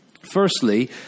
firstly